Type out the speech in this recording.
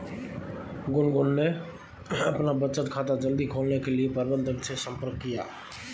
गुनगुन ने अपना बचत खाता जल्दी खोलने के लिए प्रबंधक से संपर्क किया